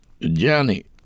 Johnny